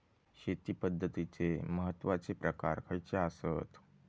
शेती पद्धतीचे महत्वाचे प्रकार खयचे आसत?